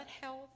health